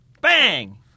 Bang